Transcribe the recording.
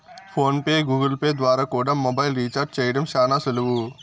phone pay, Google Pay ద్వారా కూడా mobile recharge చేయడం శానా సులువు